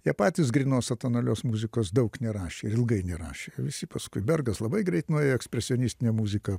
jie patys grynos atonalios muzikos daug nerašė ir ilgai nerašė visi paskui bergas labai greit nuėjo į ekspresionistinę muziką